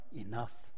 enough